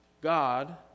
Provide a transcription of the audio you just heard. God